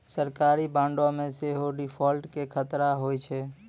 सरकारी बांडो मे सेहो डिफ़ॉल्ट के खतरा होय छै